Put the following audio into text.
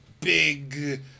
big